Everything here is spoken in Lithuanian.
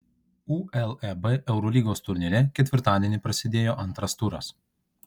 uleb eurolygos turnyre ketvirtadienį prasidėjo antras turas